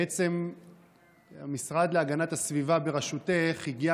בעצם המשרד להגנת הסביבה בראשותך הגיע